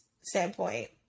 standpoint